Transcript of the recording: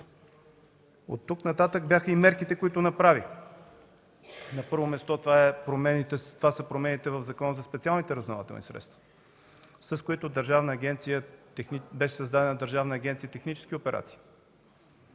От тук нататък бяха и мерките, които направих. На първо място, това са промените в Закона за специалните разузнавателни средства, с които беше създадена Държавна агенция „Технически операции”.